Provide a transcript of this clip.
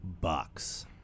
Bucks